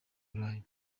burayi